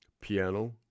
piano